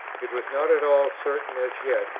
it was not at all certain as yet,